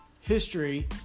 history